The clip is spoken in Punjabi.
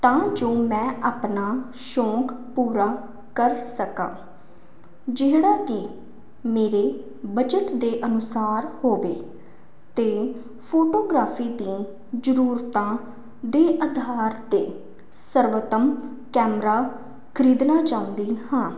ਤਾਂ ਜੋ ਮੈਂ ਆਪਣਾ ਸ਼ੌਂਕ ਪੂਰਾ ਕਰ ਸਕਾਂ ਜਿਹੜਾ ਕਿ ਮੇਰੇ ਬਜਟ ਦੇ ਅਨੁਸਾਰ ਹੋਵੇ ਅਤੇ ਫੋਟੋਗ੍ਰਾਫੀ ਦੀ ਜ਼ਰੂਰਤਾਂ ਦੇ ਆਧਾਰ 'ਤੇ ਸਰਵੋਤਮ ਕੈਮਰਾ ਖਰੀਦਣਾ ਚਾਹੁੰਦੀ ਹਾਂ